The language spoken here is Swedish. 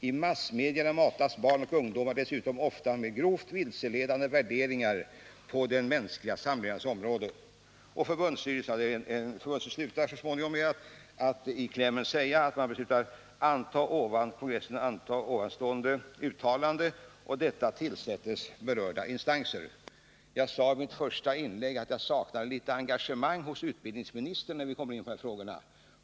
I massmedierna matas barn och ungdomar dessutom ofta med grovt vilseledande värderingar på den mänskliga samlevnadens område.” Förbundsstyrelsen slutar med att föreslå kongressen att ”anta ovanstående uttalande och att detta tillställes berörda instanser ——--". Jag sade i mitt första inlägg att jag saknar engagemang hos utbildningsministern när vi kommer in på de här frågorna.